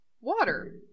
water